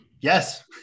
Yes